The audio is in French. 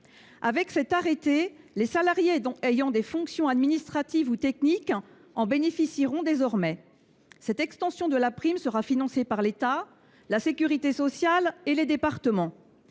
Avec cet arrêté, les salariés ayant des fonctions administratives ou techniques en bénéficieront désormais. Cette extension de la prime sera financée par l’État, la sécurité sociale et les départements.